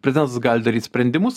prezidentas gali daryti sprendimus